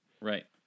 Right